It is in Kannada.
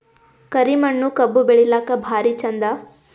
ಕರಿ ಮಣ್ಣು ಕಬ್ಬು ಬೆಳಿಲ್ಲಾಕ ಭಾರಿ ಚಂದ?